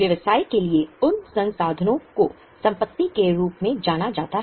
व्यवसाय के लिए उन संसाधनों को संपत्ति के रूप में जाना जाता है